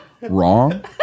wrong